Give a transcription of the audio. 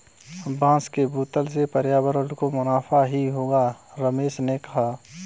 बांस के बोतल से पर्यावरण को मुनाफा ही होगा रमेश ने कहा